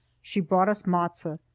she brought us matzo.